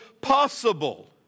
possible